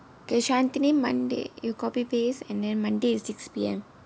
okay shanthini monday you copy paste and then monday is six P_M